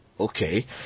Okay